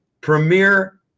premier